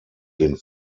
den